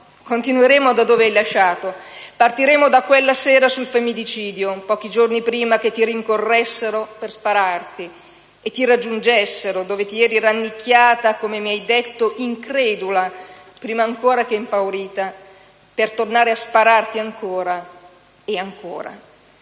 Continueremo da dove hai lasciato. Partiremo da quella sera sul femminicidio, pochi giorni prima che ti rincorressero per spararti e ti raggiungessero dove ti eri rannicchiata - come mi hai detto - incredula prima ancora che impaurita, per tornare a spararti ancora e ancora.